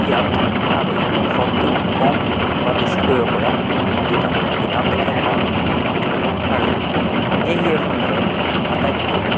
ইয়াত আমি শব্দ কম বা বেছি কৰিব পৰা দুটা বুটাম দেখা পাওঁ আৰু এই ইয়েৰফোনডালৰ আটাইতকৈ